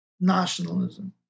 nationalism